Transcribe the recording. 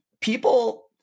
people